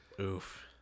oof